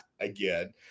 Again